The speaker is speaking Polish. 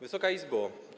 Wysoka Izbo!